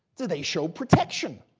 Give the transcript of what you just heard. do they show protection?